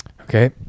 okay